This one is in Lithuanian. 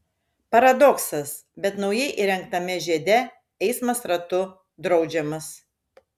paradoksas bet naujai įrengtame žiede eismas ratu draudžiamas